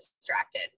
distracted